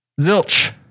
Zilch